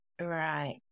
right